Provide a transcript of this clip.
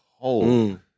cold